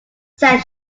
said